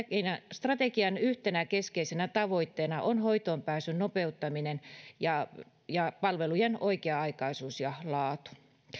strategian yhtenä keskeisenä tavoitteena on hoitoonpääsyn nopeuttaminen ja ja palvelujen oikea aikaisuus ja laatu